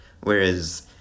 whereas